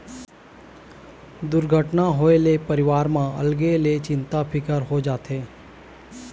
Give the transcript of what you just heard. दुरघटना होए ले परिवार म अलगे ले चिंता फिकर हो जाथे